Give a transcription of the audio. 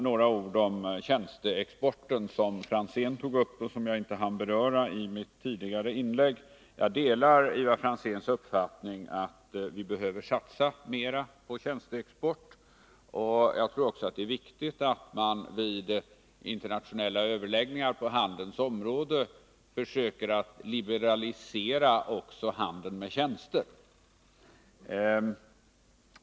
Några ord om tjänsteexporten, som Ivar Franzén tog upp och som jag inte hann beröra i mitt tidigare inlägg. Jag delar Ivar Franzéns uppfattning att vi behöver satsa mera på tjänsteexport. Jag tror även att det är viktigt att man vid internationella överläggningar på handelsområdet försöker liberalisera också handeln med tjänster.